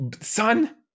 Son